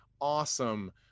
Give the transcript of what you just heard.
awesome